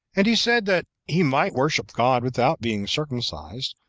and he said that he might worship god without being circumcised,